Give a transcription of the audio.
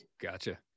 Gotcha